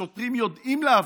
השוטרים יודעים לעבוד,